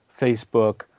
Facebook